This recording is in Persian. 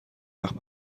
وقت